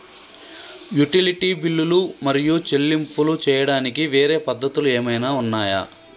Utility బిల్లులు మరియు చెల్లింపులు చేయడానికి వేరే పద్ధతులు ఏమైనా ఉన్నాయా?